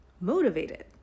motivated